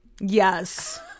Yes